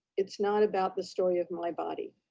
it's not about the story of my body.